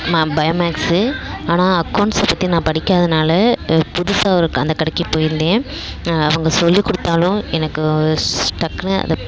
ம bio maths ஆனால் accounts பற்றி நான் படிக்காதனால் புதுசாக ஒரு அந்த கடைக்கு போயிருந்தேன் அவங்க சொல்லிக் கொடுத்தாலும் எனக்கு டக்குன்னு அதை